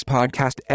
Podcast